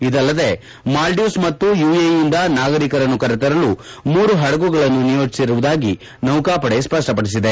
ಇದಲ್ಲದೆ ಮಾಲ್ಡೀವ್ಸ್ ಮತ್ತು ಯುಎಇಯಿಂದ ನಾಗರಿಕರನ್ನು ಕರೆತರಲು ಮೂರು ಹಡಗುಗಳನ್ನು ನಿಯೋಜಿಸಿರುವುದಾಗಿ ನೌಕಾಪಡೆ ಸ್ಪಷ್ಟಪದಿಸಿದೆ